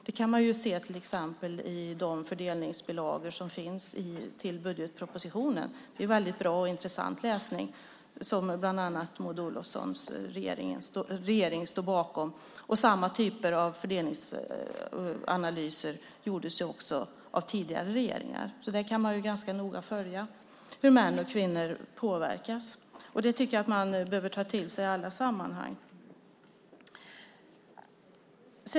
Det kan man till exempel se i de fördelningsbilagor som finns till budgetpropositionen. Det är bra och intressant läsning som regeringen står bakom. Samma typer av fördelningsanalyser gjordes också av tidigare regeringar. Där kan man ganska noga följa hur män och kvinnor påverkas. Det tycker jag att man behöver ta till sig i alla sammanhang.